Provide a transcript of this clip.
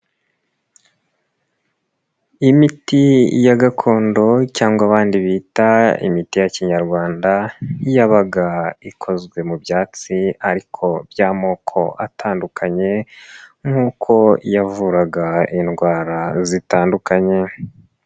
Imiti ya gakondo cyangwa abandi bita imiti ya kinyarwanda, yabaga ikozwe mu byatsi ariko by'amoko atandukanye nk'uko yavuraga indwara zitandukanye.